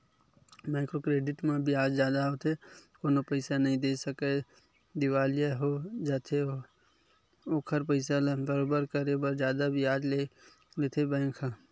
micro credit म बियाज जादा होथे कोनो पइसा नइ दे सकय दिवालिया हो जाथे ओखर पइसा ल बरोबर करे बर जादा बियाज लेथे बेंक ह